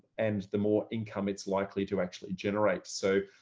and the more income it's likely to actually generate. so